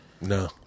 No